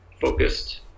focused